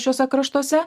šiuose kraštuose